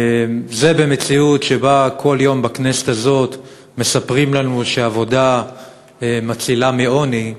במציאות שבה כל יום בכנסת הזאת מספרים לנו שעבודה מצילה מעוני,